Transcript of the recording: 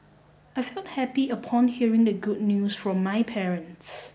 I felt happy upon hearing the good news from my parents